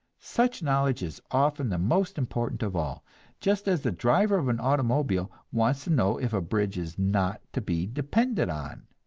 such knowledge is often the most important of all just as the driver of an automobile wants to know if a bridge is not to be depended on.